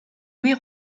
louis